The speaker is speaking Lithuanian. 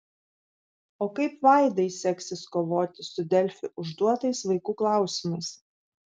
o kaip vaidai seksis kovoti su delfi užduotais vaikų klausimais